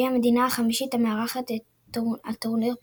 שהיא המדינה החמישית המארחת את הטורניר פעמיים.